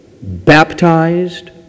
baptized